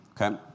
okay